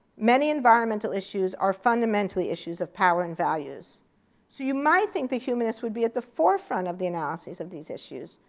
many environmental issues are fundamentally issues of power and values so you might think the humanists would be at the forefront of the analysis of these issues.